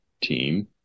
team